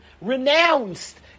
renounced